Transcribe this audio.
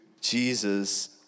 Jesus